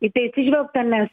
į tai atsižvelgta nes